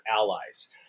allies